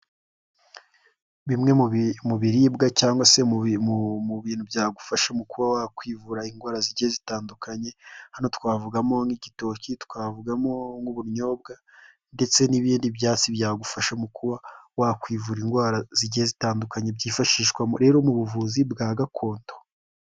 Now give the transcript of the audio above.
Bimwe mu biribwa cyangwase mu bintu byagufasha mu kuba wakwivura indwara zigiye zitandukanye, hano twavugamo nk'igitoki, twavugamo nk'ubunyobwa ndetse n'ibindi byatsi byagufasha mu kuba wakwivura indwara zigiye zitandukanye, byifashishwa rero mu buvuzi bwa gakondo.